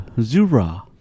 Zura